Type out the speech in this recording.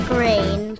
Green